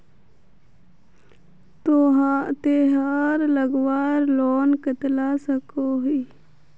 तेहार लगवार लोन कतला कसोही?